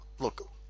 Look